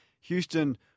Houston